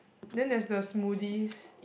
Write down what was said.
then there's the smoothies